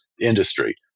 industry